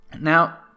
now